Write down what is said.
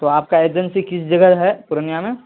تو آپ کا ایجنسی کس جگہ ہے پورنیہ میں